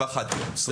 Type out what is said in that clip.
בסדר גמור.